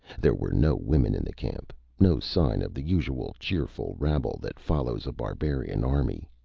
there were no women in the camp, no sign of the usual cheerful rabble that follows a barbarian army.